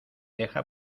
deja